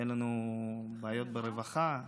אין לנו בעיות ברווחה,